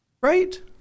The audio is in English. Right